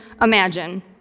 imagine